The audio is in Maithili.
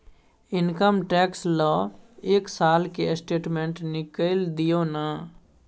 इनकम टैक्स ल एक साल के स्टेटमेंट निकैल दियो न?